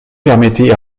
permettait